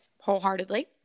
wholeheartedly